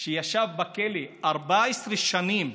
שישב בכלא 14 שנים,